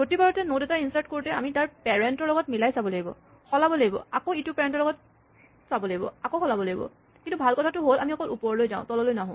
প্ৰতিবাৰতে নড এটা ইনচাৰ্ট কৰোতে আমি তাৰ পেৰেন্ট ৰ লগত মিলাই চাব লাগিব সলাব লাগিব আকৌ ইটো পেৰেন্ট ৰ লগত চাব লাগিব আকৌ সলাব লাগিব কিন্তু ভাল কথাটো হ'ল আমি অকল ওপৰলৈ যাওঁ তললৈ নাহো